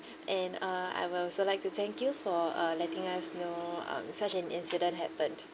and uh I will also like to thank you for uh letting us know um such an incident happened